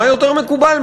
מה יותר מקובל?